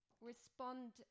respond